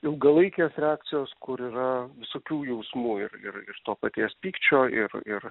ilgalaikės reakcijos kur yra visokių jausmų ir ir ir to paties pykčio ir ir